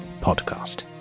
Podcast